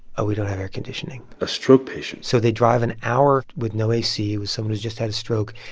oh, we don't have air conditioning a stroke patient so they drive an hour with no ac with someone who's just had a stroke.